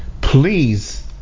please